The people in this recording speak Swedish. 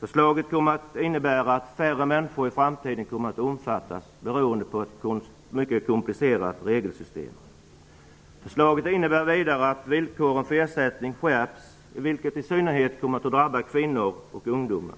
Förslaget innebär att färre människor i framtiden kommer att omfattas, beroende på ett mycket komplicerat regelsystem. Förslaget innebär vidare att villkoren för ersättning skärps, vilket i synnerhet kommer att drabba kvinnor och ungdomar.